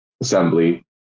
assembly